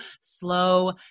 slow